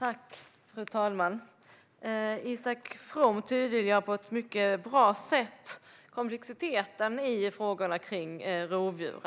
Fru talman! Isak From tydliggör på ett bra sätt komplexiteten i frågorna om rovdjuren.